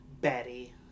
Betty